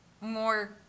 more